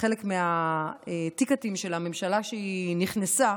חלק מהטיקטים, של הממשלה שנכנסה.